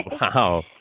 Wow